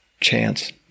chance